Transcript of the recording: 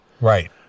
Right